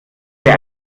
wir